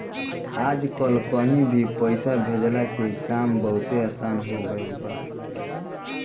आजकल कहीं भी पईसा भेजला के काम बहुते आसन हो गईल बाटे